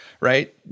right